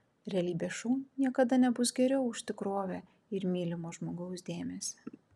realybės šou niekada nebus geriau už tikrovę ir mylimo žmogaus dėmesį